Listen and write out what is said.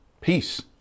peace